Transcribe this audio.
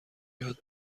یاد